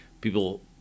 people